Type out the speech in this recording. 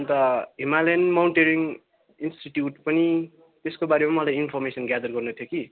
अन्त Himalayan mountaineering institute पनि त्यसको बारेमा अलिकति इन्फर्मेसन गेदर गर्न थियो कि